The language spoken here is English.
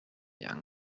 young